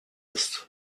ist